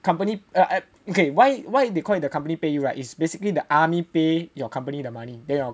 company ah okay why why they call it the company pay you right it's basically the army pay your company the money then your